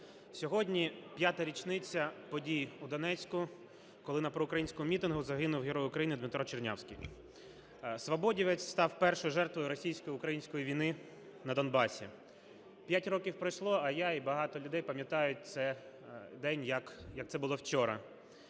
Сьогодні п'ята річниця подій у Донецьку, коли на проукраїнському мітингу загинув Герой України Дмитро Чернявський. Свободівець став першою жертвою російсько-української війни на Донбасі. 5 років пройшло, а я і багато людей пам'ятають цей день, як це було вчора.